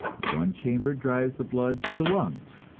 one chamber drives the blood to the lungs,